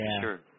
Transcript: sure